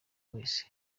wese